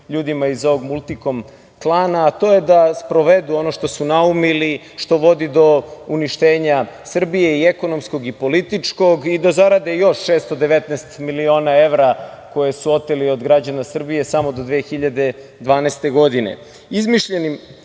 ljudima iz ovog Multikom klana, a to je da sprovedu ono što su naumili, što vodi do uništenja Srbije i ekonomskog i političkog i da zarade još 619 miliona evra koje su oteli od građana Srbije samo do 2012. godine. Izmišljenim